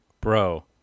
Bro